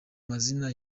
mazina